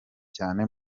cyane